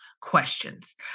questions